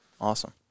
Awesome